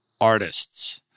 artists